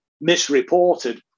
misreported